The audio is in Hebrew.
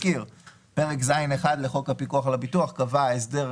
פרק ז'1 לחוק הפיקוח על הביטוח קבע הסדר